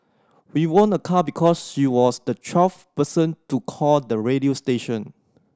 we won a car because she was the twelfth person to call the radio station